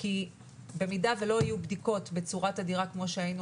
כי במידה שלא יהיו בדיקות בצורה תדירה כמו שהיינו